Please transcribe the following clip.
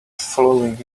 following